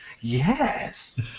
yes